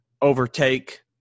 overtake